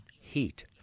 heat